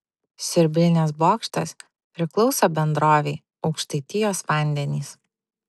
siurblinės bokštas priklauso bendrovei aukštaitijos vandenys